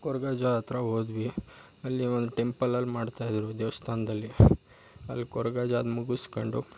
ಕೊರಗಜ್ಜ ಹತ್ರ ಹೋದ್ವಿ ಅಲ್ಲಿ ಒಂದು ಟೆಂಪಲಲ್ಲಿ ಮಾಡ್ತಾಯಿದ್ರು ದೇವಸ್ಥಾನದಲ್ಲಿ ಅಲ್ಲಿ ಕೊರಗಜ್ಜದ್ ಮುಗಿಸ್ಕೊಂಡು